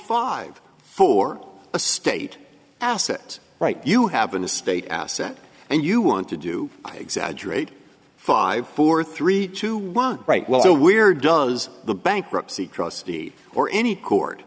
five four a state asset right you have in the state asset and you want to do exaggerate five four three two one right well so where does the bankruptcy trustee or any court